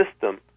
system